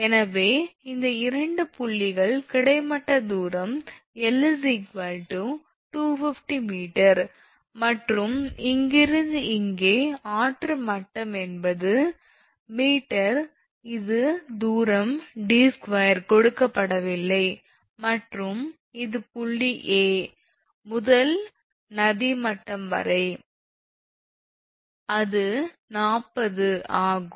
எனவே இந்த இரண்டு புள்ளிகள் கிடைமட்ட தூரம் 𝐿 250 𝑚 மற்றும் இங்கிருந்து இங்கே ஆற்று மட்டம் எண்பது மீட்டர் இது தூரம் 𝑑2 கொடுக்கப்படவில்லை மற்றும் இது புள்ளி A முதல் நதி மட்டம் வரை அது 40 is ஆகும்